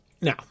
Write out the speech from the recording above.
Now